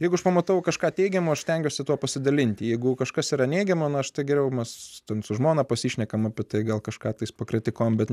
jeigu aš pamatau kažką teigiamo aš stengiuosi tuo pasidalinti jeigu kažkas yra neigiama našta geriau mes ten su žmona pasišnekam apie tai gal kažką tais pakritikuojame bet